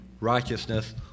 righteousness